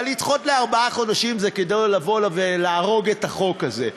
אבל לדחות בארבעה חודשים זה לבוא ולהרוג את החוק הזה.